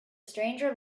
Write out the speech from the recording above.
stranger